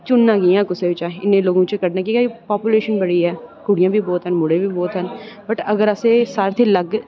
चुनना कि'यां असें कुसैगी इन्ने लोके च कि'यां कि पोपूलेशन बड़ी ऐ कुडियां बी बहुत न मुडे़ बी बहुत न बट अगर अस सारें कोला बद्ध